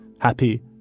happy